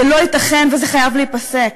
זה לא ייתכן, וזה חייב להיפסק.